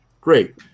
Great